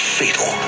fatal